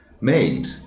made